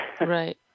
Right